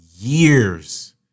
years